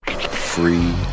Free